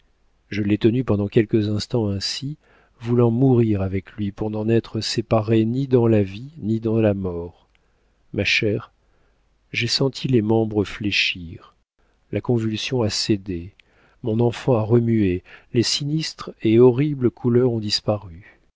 je l'ai tenu pendant quelques instants ainsi voulant mourir avec lui pour n'en être séparée ni dans la vie ni dans la mort ma chère j'ai senti les membres fléchir la convulsion a cédé mon enfant a remué les sinistres et horribles couleurs ont disparu